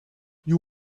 you